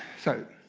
so,